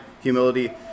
humility